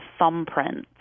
thumbprints